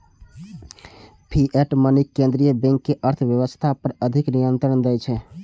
fiat money केंद्रीय bank कें अर्थव्यवस्था पर अधिक नियंत्रण दै छै